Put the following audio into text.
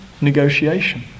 negotiation